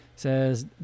says